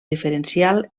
diferencial